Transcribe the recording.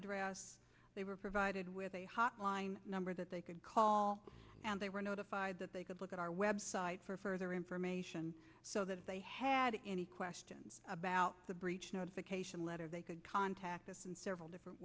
address they were provided with a hotline number that they could call and they were notified that they could look at our web site for further information so that they had any question about the breach notification letter they could contact us in several different